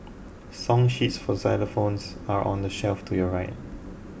song sheets for xylophones are on the shelf to your right